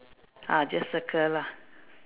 ah just circle lah